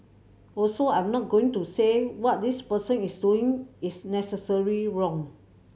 also I'm not going to say what this person is doing is necessarily wrong